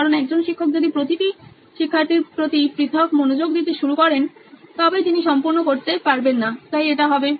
কারণ একজন শিক্ষক যদি প্রতিটি শিক্ষার্থীর প্রতি পৃথক মনোযোগ দিতে শুরু করেন তবে তিনি সম্পূর্ণ করতে পারবেন না তাই এটা হবে